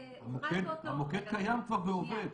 המוקד קיים כבר ועובד.